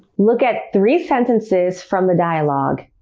look at three sentences from the dialogue.